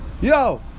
Yo